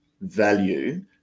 value